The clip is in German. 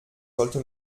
sollte